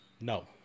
no